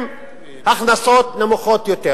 עם הכנסות נמוכות יותר.